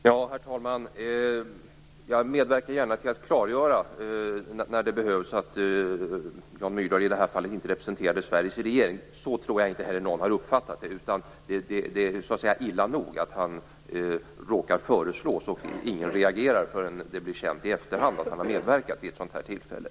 Herr talman! När det behövs medverkar jag gärna till att klargöra att Jan Myrdal i det här fallet inte representerade Sveriges regering. Så tror jag inte heller att någon har uppfattat det. Det är illa nog att han råkade föreslås och att ingen reagerade förrän i efterhand när det blev känt att han hade medverkat vid ett sådant här tillfälle.